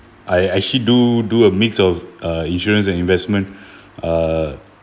I actually do do a mix of uh insurance and investment uh